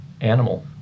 animal